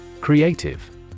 Creative